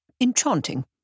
Enchanting